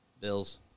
Bills